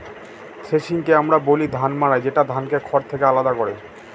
থ্রেশিংকে আমরা বলি ধান মাড়াই যেটা ধানকে খড় থেকে আলাদা করে